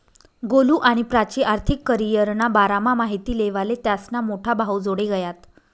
गोलु आणि प्राची आर्थिक करीयरना बारामा माहिती लेवाले त्यास्ना मोठा भाऊजोडे गयात